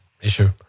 issue